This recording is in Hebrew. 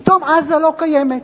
פתאום עזה לא קיימת,